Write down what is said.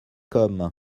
comme